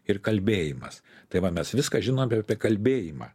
ir kalbėjimas tai va mes viską žinom apie kalbėjimą